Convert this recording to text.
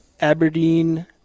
Aberdeen